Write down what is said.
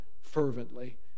fervently